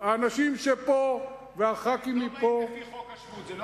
האנשים שפה וחברי הכנסת שפה,